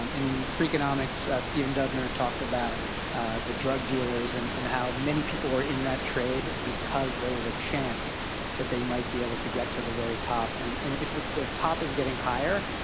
um in freakonomics, steven dubnner talked about the drug dealers and and how many people were in that trade because there was a chance that they might be able to get to the very top. and if the top is getting higher,